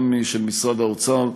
גם של משרד האוצר,